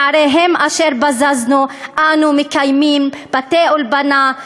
בעריהם אשר בזזנו אנו מקיימים בתי אולפנה,